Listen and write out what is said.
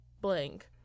blank